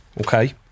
Okay